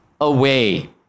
away